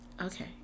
Okay